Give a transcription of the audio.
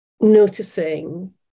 noticing